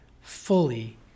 fully